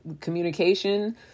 communication